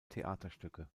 theaterstücke